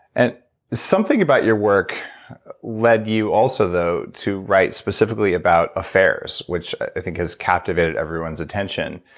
and something about your work led you also though to write specifically about affairs which i think has captivated everyone's attention.